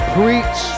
preach